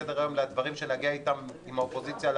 מסדר היום על הדברים שנגיע איתם להסכמה עם האופוזיציה על